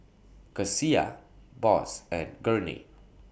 Kecia Boss and Gurney